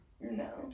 No